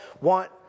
want